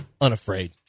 Unafraid